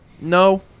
No